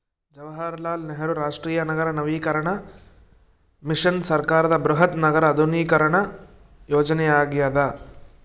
ಜವಾಹರಲಾಲ್ ನೆಹರು ರಾಷ್ಟ್ರೀಯ ನಗರ ನವೀಕರಣ ಮಿಷನ್ ಸರ್ಕಾರದ ಬೃಹತ್ ನಗರ ಆಧುನೀಕರಣ ಯೋಜನೆಯಾಗ್ಯದ